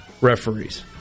referees